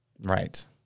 Right